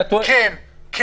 כן, כן.